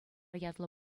ятлӑ